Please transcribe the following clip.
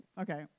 Okay